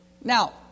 Now